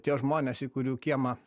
tie žmonės į kurių kiemą